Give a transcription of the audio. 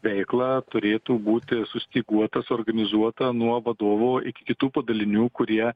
veiklą turėtų būti sustyguota suorganizuota nuo vadovo iki kitų padalinių kurie